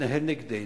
שמתנהל נגדנו,